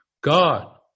God